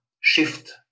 shift